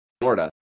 Florida